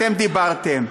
אתם דיברתם.